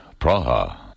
Praha